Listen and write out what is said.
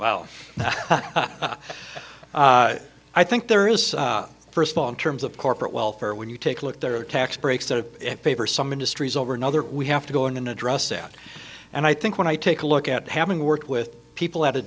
well i think there is first of all in terms of corporate welfare when you take a look there are tax breaks that paper some industries over another we have to go in and address that and i think when i take a look at having worked with people at a